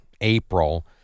april